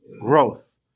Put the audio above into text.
growth